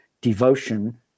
devotion